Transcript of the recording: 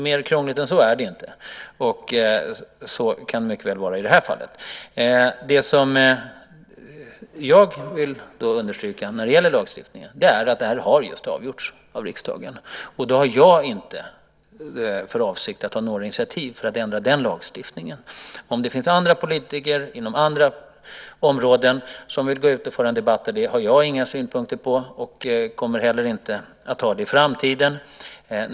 Mer krångligt än så är det inte, och så kan det mycket väl vara i det här fallet. Det som jag vill understryka när det gäller lagstiftningen är att det här just har avgjorts av riksdagen. Då har jag inte för avsikt att ta några initiativ för att ändra lagstiftningen. Om det finns andra politiker inom andra områden som vill gå ut och föra en debatt har jag inga synpunkter på det och kommer heller inte att ha det i framtiden.